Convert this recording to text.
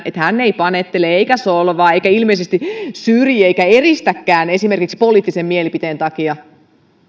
että hän ei panettele eikä solvaa eikä ilmeisesti syrji eikä eristäkään esimerkiksi poliittisen mielipiteen takia